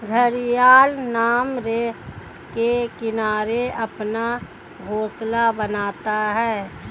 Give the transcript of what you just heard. घड़ियाल नम रेत के किनारे अपना घोंसला बनाता है